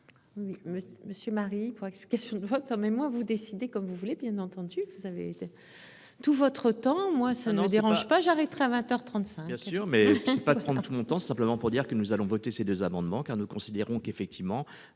monsieur Marie. Question de quand même moi vous décidez comme vous voulez, bien entendu, vous avez. Tout votre temps moi ça nous dérange pas, j'arrêterais. 20h 30. Bien sûr, mais pas de prendre tout le temps, c'est simplement pour dire que nous allons voter ces deux amendements car nous considérons qu'effectivement